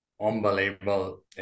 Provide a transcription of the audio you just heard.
unbelievable